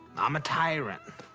i'm a tyrant.